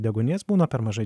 deguonies būna per mažai